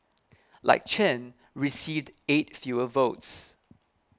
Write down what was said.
like Chen received eight fewer votes